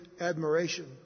admiration